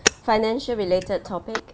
financial related topic